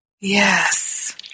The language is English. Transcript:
Yes